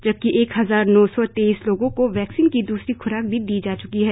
जबकि एक हजार नौ सौ तेईस लोगों को वैक्सिन की दूसरी ख्राक भी दी जा च्की है